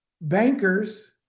bankers